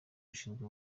ushinzwe